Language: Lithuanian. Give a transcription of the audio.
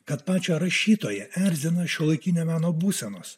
kad pačią rašytoją erzina šiuolaikinio meno būsenos